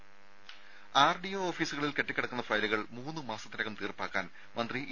ദ്ദേ ആർഡിഒ ഓഫീസുകളിൽ കെട്ടിക്കിടക്കുന്ന ഫയലുകൾ മൂന്ന് മാസത്തിനകം തീർപ്പാക്കാൻ മന്ത്രി ഇ